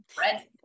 red